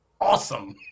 awesome